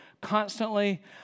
constantly